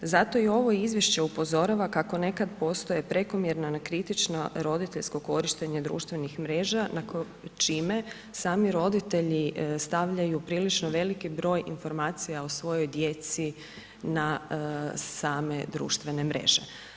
Zato ovo izvješće upozorava kako nekad postoje prekomjerno nekritično roditeljsko korištenje društvenih mreža čime sami roditelji stavljaju prilično veliki broj informacija o svojoj djeci na same društvene mreže.